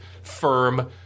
firm